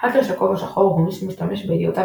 האקר של כובע שחור הוא מי שמשתמש בידיעותיו